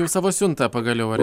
už savo siuntą pagaliau ar